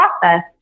process